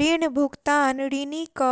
ऋण भुगतान ऋणीक